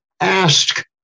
ask